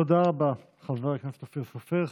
תודה רבה, חבר הכנסת אופיר סופר.